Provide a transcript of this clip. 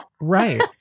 right